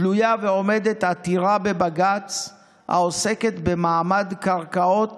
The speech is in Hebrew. תלויה ועומדת עתירה בבג"ץ העוסקת במעמד קרקעות